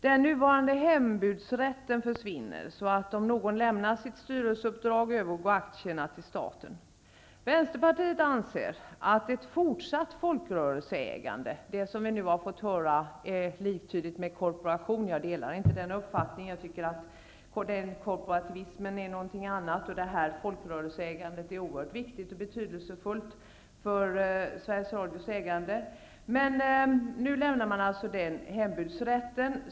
Den nuvarande hembudsrätten försvinner. Om någon lämnar sitt styrelseuppdrag, övergår aktierna till staten. Vänsterpartiet anser att ett fortsatt folkrörelseägande är bäst. Det är det som vi nu har fått höra är liktydigt med korporation. Jag delar inte den uppfattningen. Korporativism är något helt annat, och folkrörelseägandet är oerhört viktigt och betydelsefullt för ägandet av Sveriges Radio. Nu går man ifrån hembudsrätten.